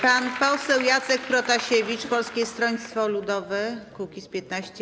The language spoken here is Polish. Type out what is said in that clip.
Pan poseł Jacek Protasiewicz, Polskie Stronnictwo Ludowe - Kukiz15.